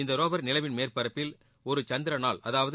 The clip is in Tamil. இந்த ரோவர் நிலவின் மேற்பரப்பில் ஒரு சந்திர நாள் அதாவது